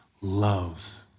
loves